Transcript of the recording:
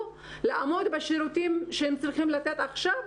לעמוד בשירותים שהם צריכים לתת עכשיו,